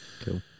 Cool